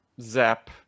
Zap